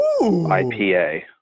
IPA